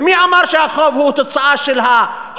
ומי אמר שהחוב הוא תוצאה של ההוצאות?